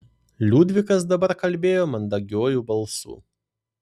liudvikas dabar kalbėjo mandagiuoju balsu